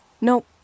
Nope